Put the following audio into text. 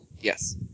yes